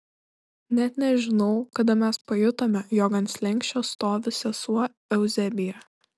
net nežinau kada mes pajutome jog ant slenksčio stovi sesuo euzebija